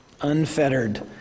unfettered